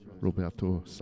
Roberto